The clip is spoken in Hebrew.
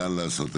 לאן לעשות.